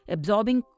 Absorbing